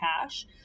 cash